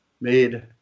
made